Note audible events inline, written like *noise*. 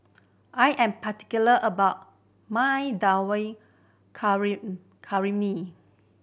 I am particular about my Dal *unintelligible*